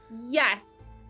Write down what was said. Yes